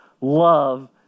love